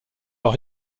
leur